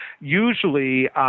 usually